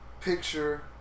picture